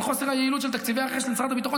חוסר היעילות של תקציבי משרד הביטחון,